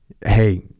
Hey